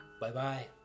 Bye-bye